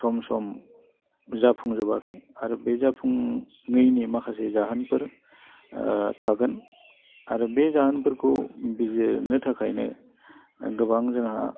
सम सम जाफुंजोबाखै आरो बे जाफुङैनि माखासे जाहोनफोर थागोन आरो बे जाहोनफोरखौ बिजिरनो थाखायनो गोबां जोंहा